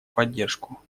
поддержку